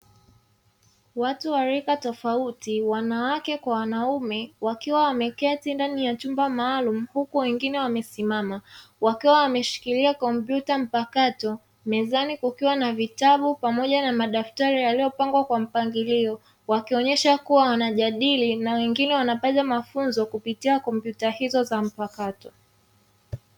Watu wa rika tofauti wanawake kwa wanaume wakiwa wameketi ndani ya chumba maalumu huku wengine wamesimama, wakiwa wameshikilia kompyuta mpakato mezani kukiwa na vitabu pamoja na madaftari yaliyopangwa kwa mpangilio wakionyesha kuwa wanajadili na wengine wanafanya mafunzo kupitia kompyuta hizo za mpakatato.